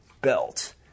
belt